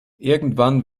irgendwann